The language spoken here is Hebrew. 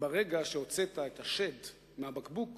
ברגע שהוצאת את השד מהבקבוק,